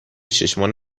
چشمان